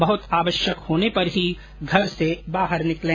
बहत आवश्यक होने पर ही घर से बाहर निकलें